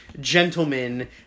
gentlemen